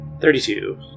Thirty-two